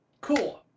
cool